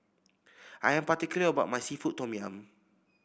I am particular about my seafood Tom Yum